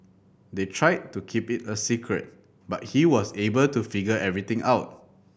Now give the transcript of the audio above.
they tried to keep it a secret but he was able to figure everything out